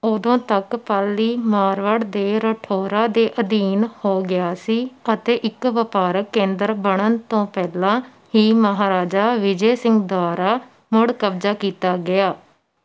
ਉਦੋਂ ਤੱਕ ਪਾਲੀ ਮਾਰਵਾੜ ਦੇ ਰਾਠੌਰਾਂ ਦੇ ਅਧੀਨ ਹੋ ਗਿਆ ਸੀ ਅਤੇ ਇੱਕ ਵਪਾਰਕ ਕੇਂਦਰ ਬਣਨ ਤੋਂ ਪਹਿਲਾਂ ਹੀ ਮਹਾਰਾਜਾ ਵਿਜੈ ਸਿੰਘ ਦੁਆਰਾ ਮੁੜ ਕਬਜ਼ਾ ਕੀਤਾ ਗਿਆ